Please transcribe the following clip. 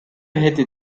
hätte